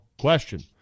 Question